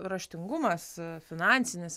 raštingumas finansinis